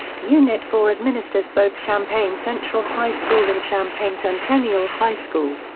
unit four administers both champaign central high school and champaign centennial high school.